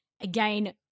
Again